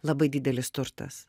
labai didelis turtas